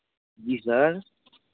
जी sir